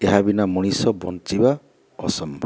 ଏହାବିନା ମଣିଷ ବଞ୍ଚିବା ଅସମ୍ଭବ